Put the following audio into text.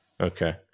Okay